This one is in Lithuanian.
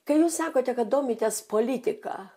kai jūs sakote kad domitės politika